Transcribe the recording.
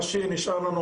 מה שנשאר לנו,